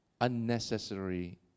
unnecessary